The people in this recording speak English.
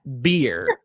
beer